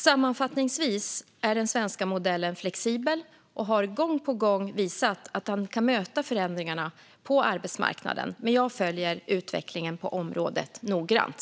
Sammanfattningsvis är den svenska modellen flexibel och har gång på gång visat att den kan möta förändringarna på arbetsmarknaden, men jag följer utvecklingen på området noggrant.